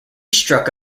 struck